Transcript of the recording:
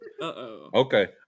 okay